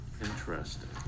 Interesting